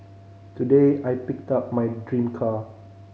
today I picked up my dream car